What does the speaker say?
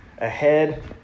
Ahead